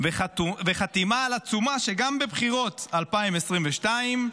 וחתימה על עצומה שגם בבחירות 2022,